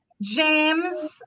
James